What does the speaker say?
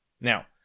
Now